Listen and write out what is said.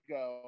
go